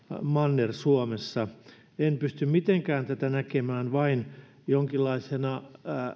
manner suomessa en pysty mitenkään näkemään tätä vain jonkinlaisena